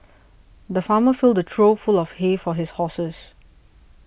the farmer filled the trough full of hay for his horses